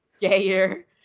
gayer